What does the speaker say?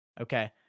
Okay